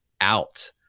out